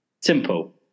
simple